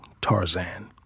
Tarzan